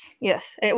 yes